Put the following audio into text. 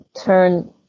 turn